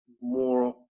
more